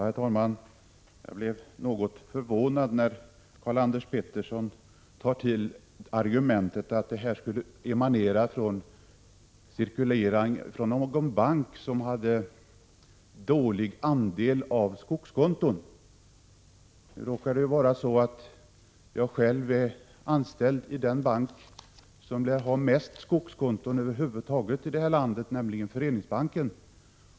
Herr talman! Jag blev något förvånad när Karl-Anders Petersson tog till argumentet att kravet på möjlighet att flytta medel mellan banker skulle emanera från någon bank som hade dålig andel skogskonton. Jag råkar själv vara anställd i den bank som lär ha flest skogskonton i det här landet över huvud taget, nämligen Föreningsbanken.